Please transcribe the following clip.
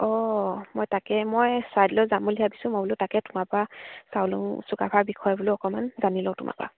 অঁ মই তাকে মই চৰাইদেউ লৈ যাম বুলি ভাবিছোঁ মই বোলো তাকে তোমাৰ পৰা চাওলুং চুকাফাৰ বিষয় বোলো অকণমান জানি লওঁ তোমাৰ পৰা